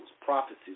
prophecies